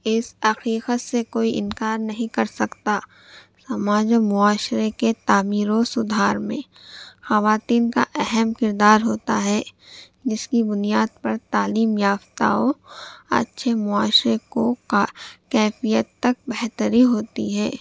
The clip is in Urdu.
اس حقیقت سے کوئی انکار نہیں کر سکتا ہمارے معاشرے کے تعمیر و سدھار میں خواتین کا اہم کردار ہوتا ہے جس کی بنیاد پر تعلیم یافتاؤں اچھے معاشرے کو کا کیفیت تک بہتری ہوتی ہے